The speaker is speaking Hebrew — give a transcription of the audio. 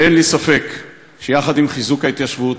אין לי ספק שיחד עם חיזוק ההתיישבות,